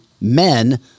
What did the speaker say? men